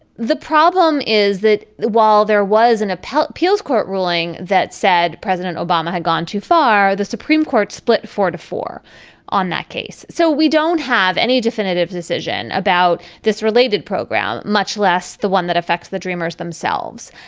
the problem is that while there was an appellate appeals court ruling that said president obama had gone too far the supreme court split four to four on that case. so we don't have any definitive decision about this related program much less the one that affects the dreamers themselves.